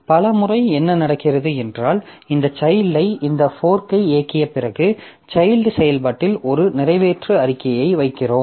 பல முறை என்ன நடக்கிறது என்றால் இந்த சைல்ட்யை இந்த ஃபோர்க்கை இயக்கிய பிறகு சைல்ட் செயல்பாட்டில் ஒரு நிறைவேற்று அறிக்கையை வைக்கிறோம்